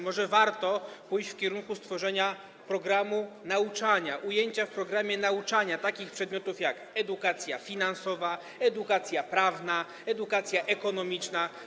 Może warto pójść w kierunku stworzenia odpowiedniego programu nauczania, ujęcia w programie nauczania takich przedmiotów, jak: edukacja finansowa, edukacja prawna, edukacja ekonomiczna.